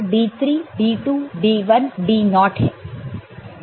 तो D6 D5 D4 D3 D2 D1 D0 है